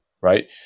right